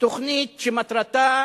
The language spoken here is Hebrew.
תוכנית שמטרתה,